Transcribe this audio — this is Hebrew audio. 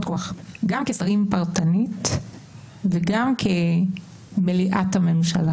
כוח גם כשרים פרטנית וגם כמליאת הממשלה.